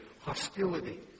Hostility